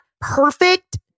perfect